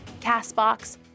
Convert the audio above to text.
CastBox